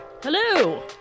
Hello